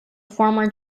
former